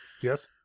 Yes